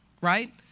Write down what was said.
right